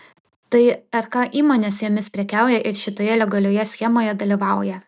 tai rk įmonės jomis prekiauja ir šitoje legalioje schemoje dalyvauja